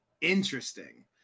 interesting